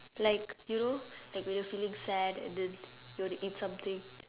like you know like when you're feeling sad and then you want to eat something